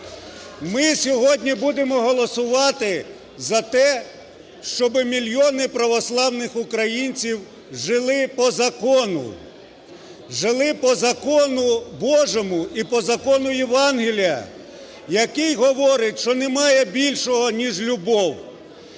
Ми сьогодні будемо голосувати за те, щоб мільйони православних українців жили по закону. Жили по закону Божому і по закону Євангеліє, який говорить, що немає більшого ніж любов.